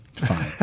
fine